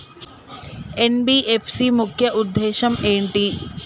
NBFC ముఖ్య ఉద్దేశం ఏంటి?